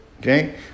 okay